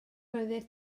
oeddet